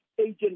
Agent